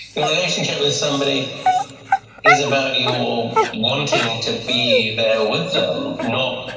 a relationship with somebody is about your wanting to be there with them, not,